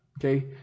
Okay